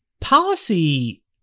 policy